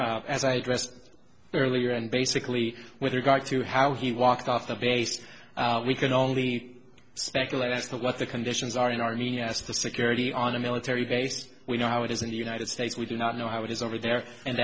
honor as i addressed earlier and basically with regard to how he walked off the base we can only speculate as to what the conditions are in our he asked the security on a military base we know how it is in the united states we do not know how it is over there and